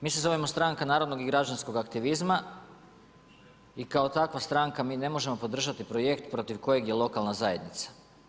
Mi se zovemo Stranka narodnog i građanskog aktivizma i kao takva stranka mi ne možemo podržati projekt protiv kojeg je lokalna zajednica.